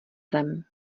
zem